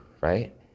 right